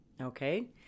Okay